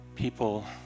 People